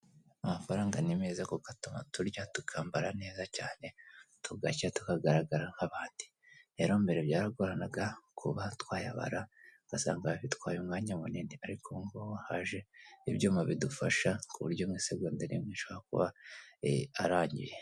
Amafaranga ni meza kuko kuko atuma turya, tukambara neza cyane, tugacya tukagaragara nk'abandi reroro mbere byaragoranaga kuba twayabara ugasanga bitwaye umwanya munini ariko ubu ngubu haje ibyuma bidufasha ku buryo mu isagonda rimwe shobora kuba arangiye.